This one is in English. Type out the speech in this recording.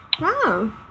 wow